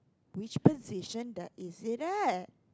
which position that is it at